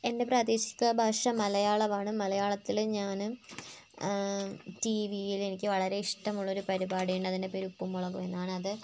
എൻ്റെ പ്രാദേശിക ഭാഷ മലയാളമാണ് മലയാളത്തിൽ ഞാൻ ടി വിയിൽ എനിക്ക് വളരെ ഇഷ്ടമുള്ള ഒരു പരുപാടിയുണ്ട് അതിന്റെ പേര് ഉപ്പും മുളകും എന്നാണ് അത്